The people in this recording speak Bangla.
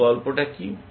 তো গল্পটা কী